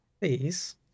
Please